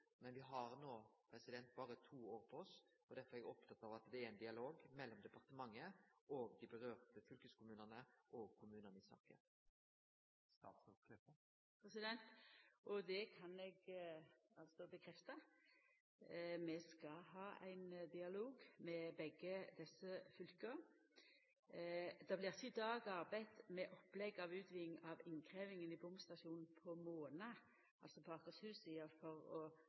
har no berre to år på oss. Derfor er eg oppteken av at det er ein dialog mellom departementet og dei fylkeskommunane og kommunane i saka som dette vedkjem. Det kan eg altså bekrefta: Vi skal ha ein dialog med begge desse fylka. Det blir ikkje i dag arbeidd med opplegg for utviding av innkrevjinga i bomstasjonen på Måna – altså på Akershus-sida – for å